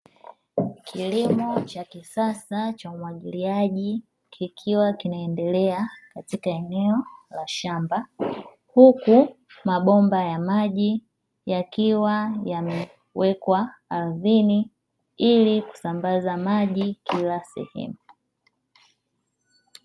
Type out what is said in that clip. Kilimo cha kisasa cha umwagiliaji kikiwa kinaendelea katika eneo la shamba, huku mabomba ya maji yakiwa yamewekwa ardhini ili kusambaza maji kila sehemu.